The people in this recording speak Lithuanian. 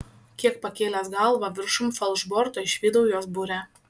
kiek pakėlęs galvą viršum falšborto išvydau jos burę